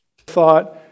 Thought